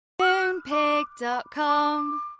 Moonpig.com